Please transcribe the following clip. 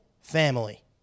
family